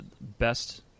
best